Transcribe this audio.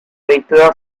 dictadura